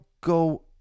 go